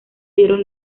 dieron